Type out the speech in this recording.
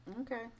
Okay